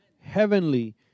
heavenly